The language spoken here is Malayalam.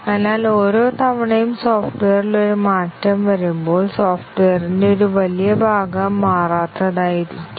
അതിനാൽ ഓരോ തവണയും സോഫ്റ്റ്വെയറിൽ ഒരു മാറ്റം വരുമ്പോൾ സോഫ്റ്റ്വെയറിന്റെ ഒരു വലിയ ഭാഗം മാറാത്തതായിരിക്കും